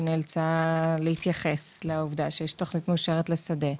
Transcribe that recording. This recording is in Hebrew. שנאלצה להתייחס לעובדה שיש תוכנית מאושרת לשדה,